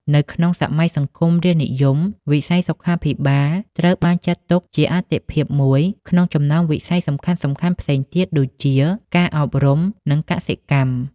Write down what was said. នៅក្នុងសម័យសង្គមរាស្រ្តនិយម វិស័យសុខាភិបាលត្រូវបានចាត់ទុកជាអាទិភាពមួយក្នុងចំណោមវិស័យសំខាន់ៗផ្សេងទៀតដូចជា ការអប់រំ និងកសិកម្ម។